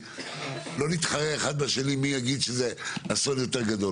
לא נתחרה זה בזה מי יגיד שזה אסון יותר גדול,